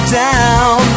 down